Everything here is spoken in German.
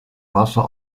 wasser